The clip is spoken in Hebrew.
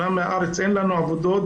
אמנם בארץ אין לנו אגודות,